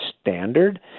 standard